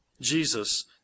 Jesus